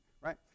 right